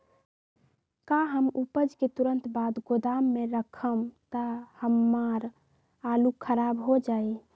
का हम उपज के तुरंत बाद गोदाम में रखम त हमार आलू खराब हो जाइ?